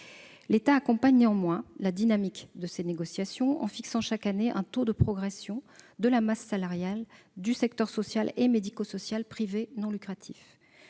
L'État accompagne néanmoins la dynamique de celles-ci en fixant chaque année un taux de progression de la masse salariale du secteur social et médico-social privé à but non lucratif.